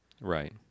Right